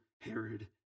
Herod